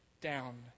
down